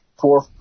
four